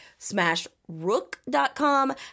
smashrook.com